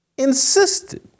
insisted